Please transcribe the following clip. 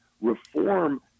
reform